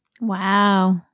Wow